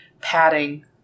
padding